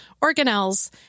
organelles